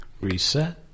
Reset